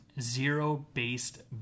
zero-based